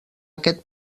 aquest